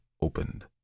opened